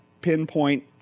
pinpoint